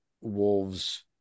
wolves